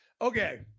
Okay